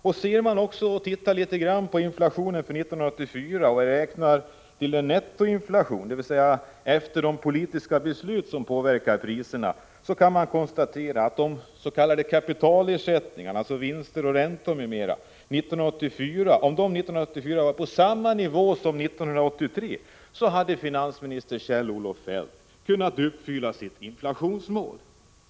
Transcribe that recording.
Tittar man litet grand på inflationen under 1984 och då även nettoinflationen, dvs. efter de politiska beslut som påverkar priserna, kan man konstatera att om de s.k. kapitalersättningarna — vinster, räntor m.m. — 1984 hade varit på samma nivå som 1983, hade finansminister Kjell-Olof Feldt kunnat nå sitt inflationsmål.